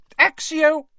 Axio